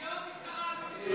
היום התערבתם.